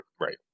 right